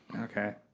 Okay